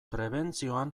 prebentzioan